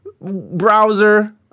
browser